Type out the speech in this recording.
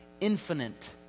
infinite